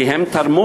כי הם תרמו